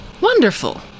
Wonderful